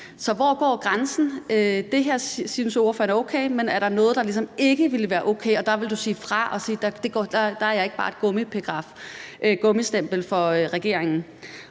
Så hvor går grænsen? Det her synes ordføreren er okay. Men er der noget, der ligesom ikke ville være okay, hvor du ville sige fra og sige, at der er jeg ikke bare gummistempel for regeringen?